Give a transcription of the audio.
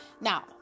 Now